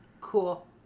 Cool